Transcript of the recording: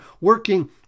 working